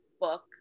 book